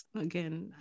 again